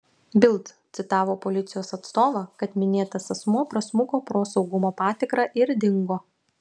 bild citavo policijos atstovą kad minėtas asmuo prasmuko pro saugumo patikrą ir dingo